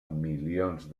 milions